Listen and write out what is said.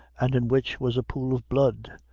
and in which was a pool of blood,